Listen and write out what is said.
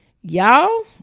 Y'all